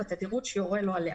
בתדירות שיורה לו עליה.